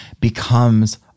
becomes